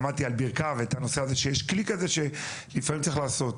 למדתי על ברכיו את הנושא הזה שיש כלי כזה שלפעמים צריך לעשות.